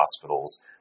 hospitals